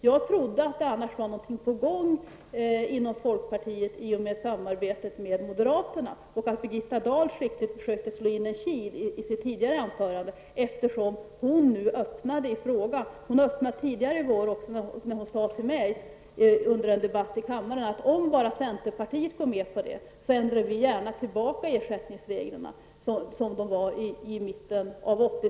Jag trodde annars att något var på gång inom folkpartiet i och med samarbetet med moderaterna, och att Birgitta Dahl i sitt tidigare anförande skickligt försökte slå in en kil, eftersom hon visade en öppning i frågan. Birgitta Dahl åstadkom också tidigare i vår en öppning när hon i en debatt här i kammaren sade: Vi ändrar gärna tillbaka ersättningsreglerna, så att de blir som de var i mitten av 80-talet om bara centerpartiet går med på det.